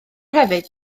hefyd